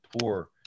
poor